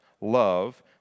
love